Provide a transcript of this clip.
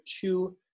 two